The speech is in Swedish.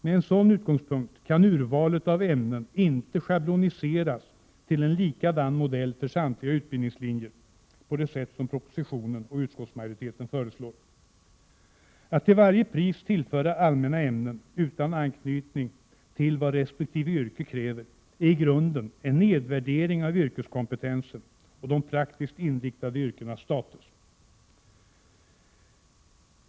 Med en sådan utgångspunkt kan urvalet av allmänna ämnen inte schabloniseras till en likadan modell för samtliga utbildningslinjer på det sätt som regeringen i propositionen och utskottsmajoriteten föreslår. Att till varje pris tillföra allmänna ämnen utan anknytning till vad resp. yrke kräver är i grunden en nedvärdering av yrkeskompetensen och de praktiskt inriktade yrkenas status.